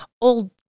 old